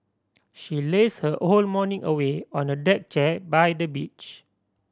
she lazed her whole morning away on a deck chair by the beach